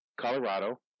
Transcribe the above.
Colorado